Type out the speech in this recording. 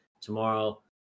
tomorrow